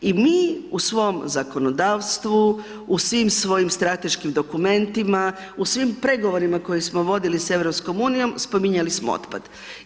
I mi u svom zakonodavstvu, u svim svojim strateškim dokumentima, u svim pregovorima koje smo vodili sa EU spominjali smo otpad.